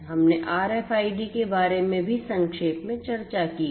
हमने आरएफआईडी के बारे में भी संक्षेप में चर्चा की है